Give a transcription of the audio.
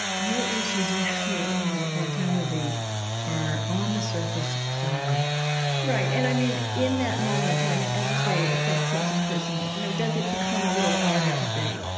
your issues around your own mortality are on the surface somewhere right. and i mean, in that moment when, as you say, it's up close and personal, you know, does it become a little harder to say,